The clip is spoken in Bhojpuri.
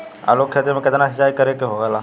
आलू के खेती में केतना सिंचाई करे के होखेला?